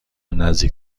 نزدیک